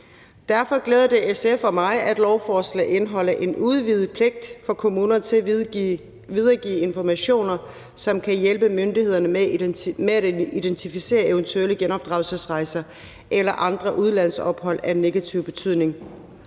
Derfor glæder det SF og mig, at lovforslaget indeholder en udvidet pligt for kommunerne til at videregive informationer, som kan hjælpe myndighederne med at identificere eventuelle genopdragelsesrejser eller andre udlandsophold af negativ betydning.